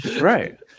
Right